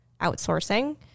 outsourcing